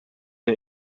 der